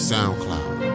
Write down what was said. SoundCloud